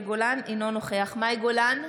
אינו נוכח מאי גולן,